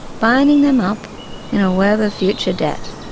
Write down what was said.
binding them up in a web of future debt.